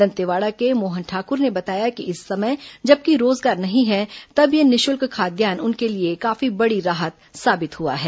दंतेवाड़ा के मोहन ठाकुर ने बताया कि इस समय जबकि रोजगार नहीं है तब यह निःशुल्क खाद्यान्न उनके लिए काफी बड़ी राहत साबित हुआ है